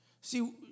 See